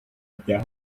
bya